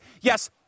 yes